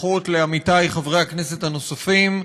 ברכות לעמיתי חברי הכנסת הנוספים.